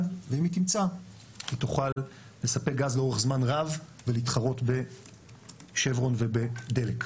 ואם היא תמצא היא תוכל לספק גז לאורך זמן רב ולהתחרות בשברון ובדלק.